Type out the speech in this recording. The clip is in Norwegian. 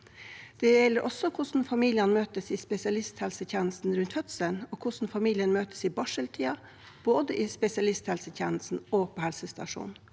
Det gjelder også hvordan familien møtes i spesialisthelsetjenesten rundt fødselen, og hvordan familien møtes i barseltiden, både i spesialisthelsetjenesten og på helsestasjonen.